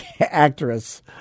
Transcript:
Actress